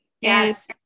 yes